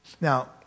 now